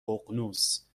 ققنوس